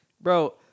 bro